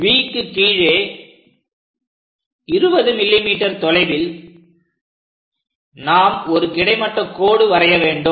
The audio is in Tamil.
Vக்கு கீழே 20 mm தொலைவில் நாம் ஒரு கிடைமட்ட கோடு வரைய வேண்டும்